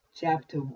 chapter